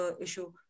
issue